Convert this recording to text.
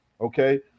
Okay